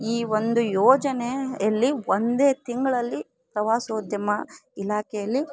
ಈ ಒಂದು ಯೋಜನೆಯಲ್ಲಿ ಒಂದೇ ತಿಂಗಳಲ್ಲಿ ಪ್ರವಾಸೋದ್ಯಮ ಇಲಾಖೆಯಲ್ಲಿ